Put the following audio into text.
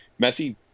Messi